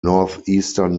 northeastern